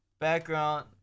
background